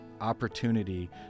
opportunity